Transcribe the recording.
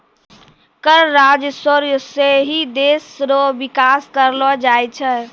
कर राजस्व सं ही देस रो बिकास करलो जाय छै